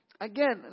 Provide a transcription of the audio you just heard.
Again